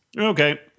Okay